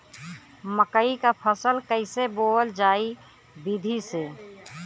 मकई क फसल कईसे बोवल जाई विधि से?